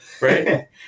right